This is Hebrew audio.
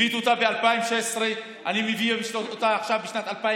הבאתי אותה ב-2016, אני מביא אותה עכשיו, ב-2020.